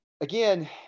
Again